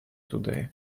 today